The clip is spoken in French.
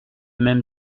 même